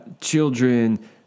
children